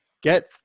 get